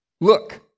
Look